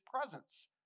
presence